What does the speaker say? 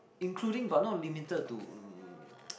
including but not limited to um